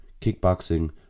kickboxing